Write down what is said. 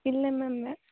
இல்லை மேம்